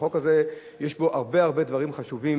החוק הזה יש בו הרבה-הרבה דברים חשובים,